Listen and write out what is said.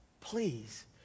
please